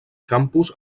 campus